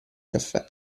caffè